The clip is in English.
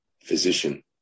physician